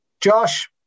Josh